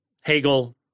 Hegel